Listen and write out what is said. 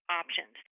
options